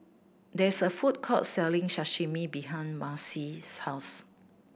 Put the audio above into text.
there is a food court selling Sashimi behind Marcy's house